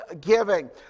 giving